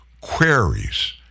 queries